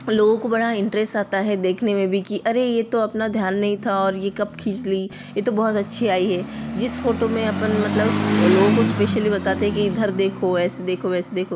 लोगों को बड़ा इंटरेस्ट आता है देखने में भी की अरे यह तो अपना ध्यान नहीं था और यह कब खींच ली यह तो बहुत अच्छी आई है जिस फ़ोटो में अपन मतलब उसे लोगों को स्पेशली बताते हैं कि इधर देखो ऐसे देखो वैसे देखो